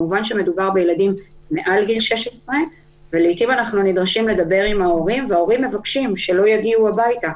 כמובן שמדובר בילדים מעל גיל 16. ההורים מבקשים שהם לא יגיעו הביתה,